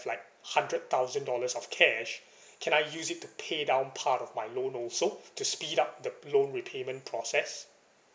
like hundred thousand dollars of cash can I use it to pay down part of my loan also to speed up the loan repayment process